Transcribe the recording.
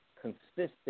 consistent